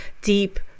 deep